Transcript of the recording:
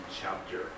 chapter